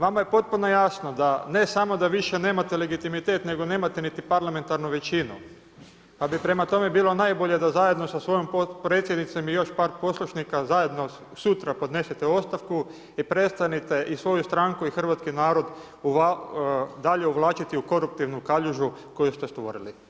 Vama je potpuno jasno da ne samo da više nemate legitimitet, nego nemate niti parlamentarnu većinu pa bi prema tome bilo najbolje da zajedno sa svojom potpredsjednicom i još par poslušnika zajedno sutra podnesete ostavku i prestanite i svoju stranku i hrvatski narod dalje uvlačiti u koruptivnu kaljužu koju ste stvorili.